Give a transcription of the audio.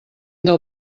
del